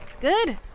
Good